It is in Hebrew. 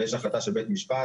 ויש החלטה של בית משפט,